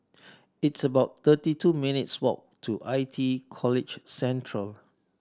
it's about thirty two minutes' walk to I T E College Central